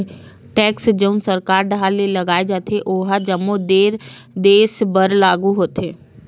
tax जउन सरकार डाहर ले लगाय जाथे ओहा जम्मो देस बर लागू होथे